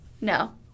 No